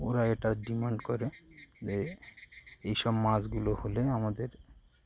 ওরা এটা ডিমান্ড করে যে এইসব মাছগুলো হলে আমাদের